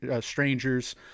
strangers